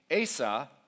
Asa